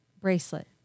bracelet